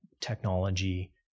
technology